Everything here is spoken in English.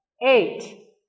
Eight